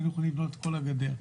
היו יכולים לבנות כל הגדר.